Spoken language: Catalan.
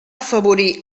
afavorir